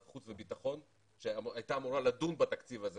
חוץ וביטחון שהייתה אמורה לדון בתקציב הזה,